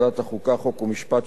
חוק ומשפט של הכנסת